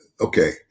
okay